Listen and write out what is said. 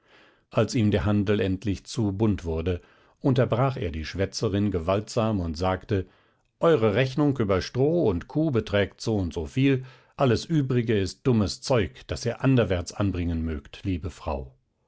als ihm der handel endlich zu bunt wurde unterbrach er die schwätzerin gewaltsam und sagte eure rechnung über stroh und kuh beträgt soundso viel alles übrige ist dummes zeug das ihr anderwärts anbringen mögt liebe frau